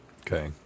Okay